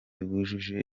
bujuje